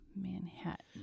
Manhattan